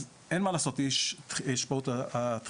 אז אין מה לעשות, יש פה את הדחייה.